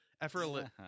effortless